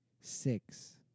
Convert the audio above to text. six